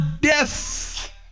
death